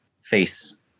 face